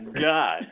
God